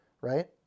right